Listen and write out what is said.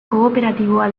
kooperatiboa